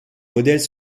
modèles